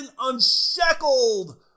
unshackled